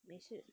没事